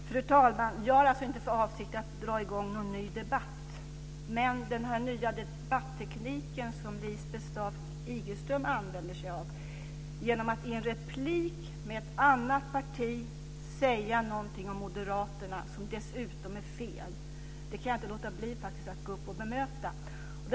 Fru talman! Jag har inte för avsikt att dra i gång en ny debatt. Men den nya debatteknik som Lisbeth Staaf-Igelström använder sig av genom att i en replik till en företrädare för ett annat parti säga något om Moderaterna - någonting som dessutom är fel - gör att jag inte kan låta bli att gå upp i talarstolen för att bemöta det.